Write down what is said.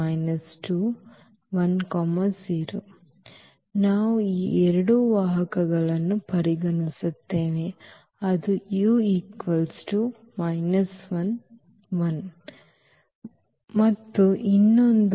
ಮತ್ತು ನಾವು ಈ ಎರಡು ವಾಹಕಗಳನ್ನು ಪರಿಗಣಿಸುತ್ತೇವೆ ಒಂದು ಈ ಮತ್ತು ಇನ್ನೊಂದು